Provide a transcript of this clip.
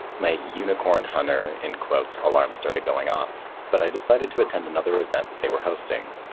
my unicorn hunter in quotes, alarms started going off, but i decided to attend another event they were hosting.